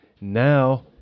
Now